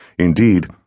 Indeed